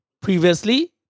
previously